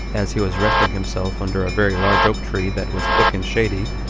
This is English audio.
as he was resting himself under a very large oak tree that was thick and shady,